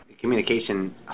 communication